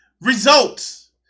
results